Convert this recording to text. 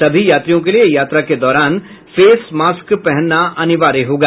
सभी यात्रियों के लिये यात्रा के दौरान फेस मास्क पहनना अनिवार्य होगा